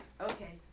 okay